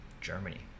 Germany